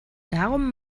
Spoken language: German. darum